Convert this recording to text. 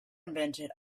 invented